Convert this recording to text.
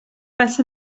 passa